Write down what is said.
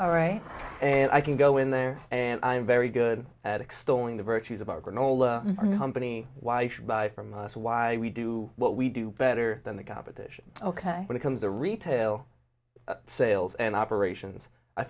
all right and i can go in there and i'm very good at extolling the virtues of our granola company why you should buy from us why we do what we do better than the competition ok when it comes to retail sales and operations i